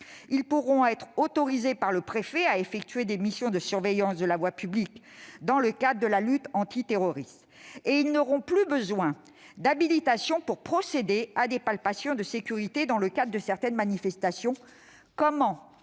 ils pourront être autorisés par le préfet à effectuer des missions de surveillance de la voie publique dans le cadre de la lutte antiterroriste. Qui plus est, ils n'auront plus besoin d'habilitation pour procéder à des palpations de sécurité dans le cadre de certaines manifestations. Comment